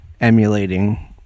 emulating